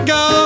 go